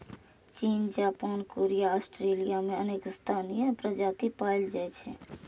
चीन, Japan, Korea आ Australia मे अनेक स्थानीय प्रजाति पाएल जाइ छै